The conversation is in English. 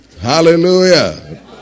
Hallelujah